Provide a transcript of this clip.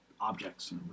objects